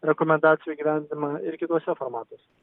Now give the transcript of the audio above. rekomendacijų įgyvendinimą ir kituose formatuose